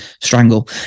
strangle